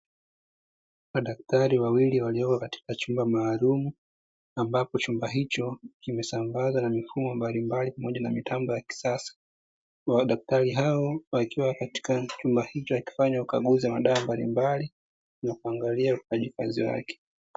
Madaktari wawili waliopo katika chumba maalumu, ambapo chumba hicho kimesambazwa na mifumo mbalimbali pamoja na mitambo ya kisasa. Madaktari hao wakiwa katika chumba hicho wakifanya ukaguzi wa madawa mbalimbali na kuanglia ufanyakazi wake.